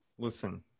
listen